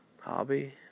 hobby